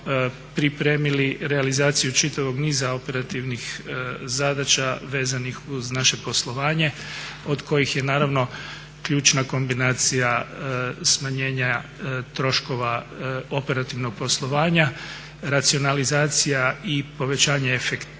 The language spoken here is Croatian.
pripremili realizaciju čitavog niza operativnih zadaća vezanih uz naše poslovanje, od kojih je naravno ključna kombinacija smanjenja troškova operativnog poslovanja, racionalizacija i povećanje efektivnosti